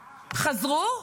חזרו,